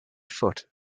foot